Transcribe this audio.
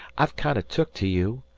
i've kinder took to you,